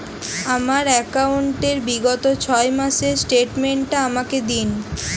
আমার অ্যাকাউন্ট র বিগত ছয় মাসের স্টেটমেন্ট টা আমাকে দিন?